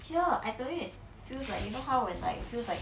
here I told you it feels like you know how when like feels like